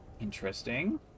Interesting